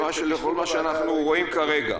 לאור מה שאנחנו רואים כרגע.